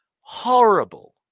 Horrible